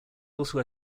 also